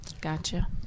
Gotcha